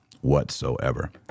whatsoever